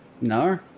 No